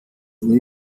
they